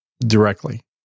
directly